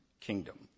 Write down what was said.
kingdom